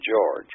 George